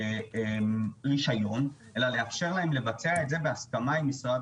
הרשות תעשה את זה באין מוצא --- אף אחד